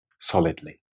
solidly